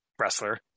wrestler